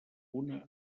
una